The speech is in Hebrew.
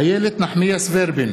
איילת נחמיאס ורבין,